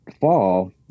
fall